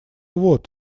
вот